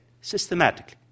systematically